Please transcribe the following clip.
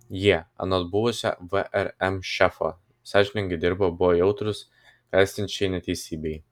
jie anot buvusio vrm šefo sąžiningai dirbo buvo jautrūs klestinčiai neteisybei